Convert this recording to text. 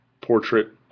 portrait